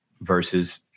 versus